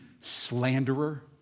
slanderer